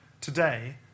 Today